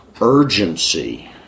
urgency